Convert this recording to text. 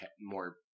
more